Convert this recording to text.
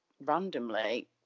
randomly